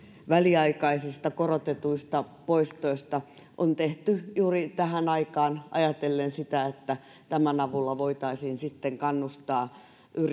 väliaikaisista korotetuista poistoista on tehty juuri tähän aikaan ajatellen sitä että tämän avulla voitaisiin kannustaa